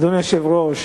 אדוני היושב-ראש,